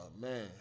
man